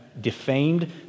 defamed